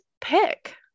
pick